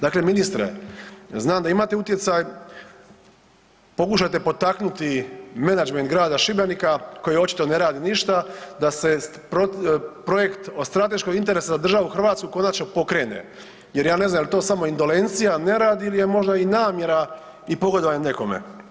Dakle ministre, znam da imate utjecaj, pokušajte potaknuti menadžment grada Šibenika koji očito ne radi ništa da se projekt od strateškog interesa za državu Hrvatsku konačno pokrene jer ja ne znam jel to samo indolencija, nerad ili je možda i namjera i pogodovanje nekome.